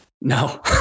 no